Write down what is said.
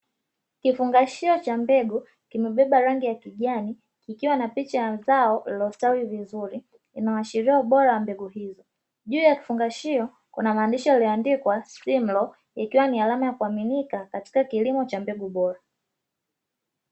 Kifungashio cha mbegu kimebeba rangi ya kijani, kikiwa na picha ya zao lililostawi vizuri, inaoashiria ubora wa mbegu hii. Juu ya kifungashio kuna maandishi yaliyoandikwa "Simlaw", ikiwa ni alama ya kuaminika katika kilimo cha mbegu bora.